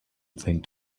thing